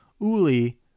Uli